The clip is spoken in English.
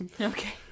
Okay